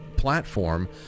platform